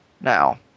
Now